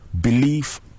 belief